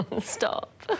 stop